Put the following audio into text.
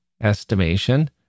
estimation